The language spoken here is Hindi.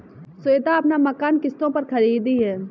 श्वेता अपना मकान किश्तों पर खरीदी है